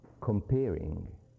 comparing